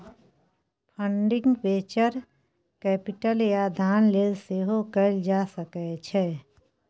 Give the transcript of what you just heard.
funding venture capital या दान लेल सेहो कएल जा सकै छै